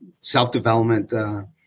self-development